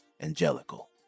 angelical